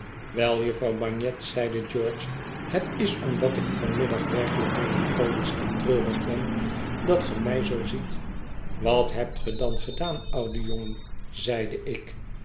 wel jufvrouw bagnet zeide george het is omdat ik van middag werkelijk melancholisch en treurig ben dat ge mij zoo ziet wat hebt ge dan gedaan oude jongen zeide ik